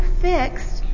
fixed